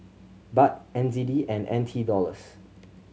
Baht N Z D and N T Dollars